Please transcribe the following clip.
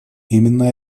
именно